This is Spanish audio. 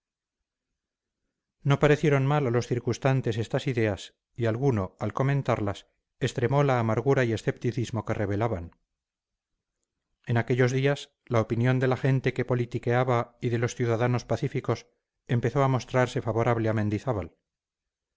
no parecieron mal a los circunstantes estas ideas y alguno al comentarlas extremó la amargura y escepticismo que revelaban en aquellos días la opinión de la gente que politiqueaba y de los ciudadanos pacíficos empezó a mostrarse favorable a mendizábal